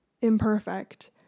imperfect